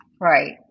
right